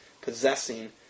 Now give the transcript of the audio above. possessing